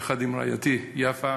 יחד עם רעייתי יפה,